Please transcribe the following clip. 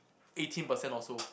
eighteen percent or so